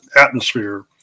atmosphere